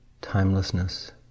timelessness